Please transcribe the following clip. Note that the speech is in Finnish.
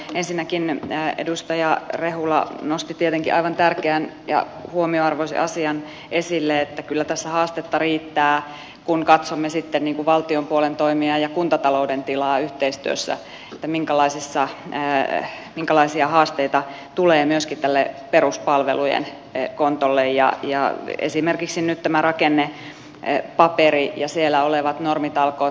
ensinnäkin edustaja rehula nosti tietenkin aivan tärkeän ja huomionarvoisen asian esille että kyllä tässä haastetta riittää kun katsomme sitten valtion puolen toimia ja kuntatalouden tilaa yhteistyössä minkälaisia haasteita tulee myöskin tälle peruspalvelujen kontolle esimerkiksi nyt tämä rakennepaperi ja siellä olevat normitalkoot